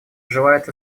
желает